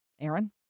Aaron